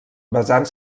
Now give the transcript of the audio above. basant